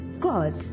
God